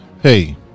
Hey